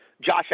Josh